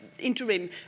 interim